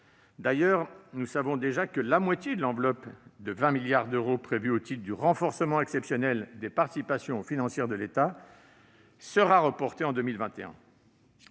D'ailleurs, nous savons déjà que la moitié de l'enveloppe de 20 milliards d'euros prévue au titre du renforcement exceptionnel des participations financières de l'État sera reportée sur 2021.